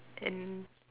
and